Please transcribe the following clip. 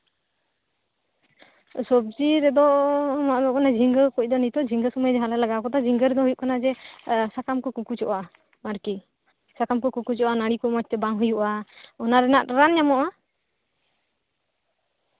ᱥᱚᱵᱡᱤ ᱨᱮᱫᱚ ᱱᱚᱜᱼᱚᱭ ᱡᱷᱤᱸᱜᱟᱹ ᱠᱚ ᱡᱷᱤᱸᱜᱟᱹ ᱥᱚᱢᱚᱭ ᱡᱟᱦᱟᱸᱞᱮ ᱞᱟᱜᱟᱣ ᱠᱟᱫᱟ ᱡᱷᱤᱸᱜᱟᱹ ᱨᱮᱫᱚ ᱡᱟᱦᱟᱸᱞᱮ ᱦᱩᱭᱩᱜ ᱠᱟᱱᱟ ᱡᱮ ᱮᱸ ᱥᱟᱠᱟᱢ ᱠᱚ ᱠᱩᱠᱩᱡᱚᱜᱼᱟ ᱟᱨᱠᱤ ᱥᱟᱠᱟᱢ ᱠᱚ ᱠᱩᱠᱩᱡᱚᱜᱼᱟ ᱱᱟᱲᱤ ᱠᱚ ᱢᱚᱸᱡ ᱛᱮ ᱵᱟᱝ ᱦᱩᱭᱩᱜᱼᱟ ᱚᱱᱟ ᱨᱮᱱᱟᱜ ᱫᱚ ᱨᱟᱱ ᱧᱟᱢᱚᱜᱼᱟ